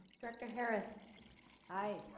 director harris aye.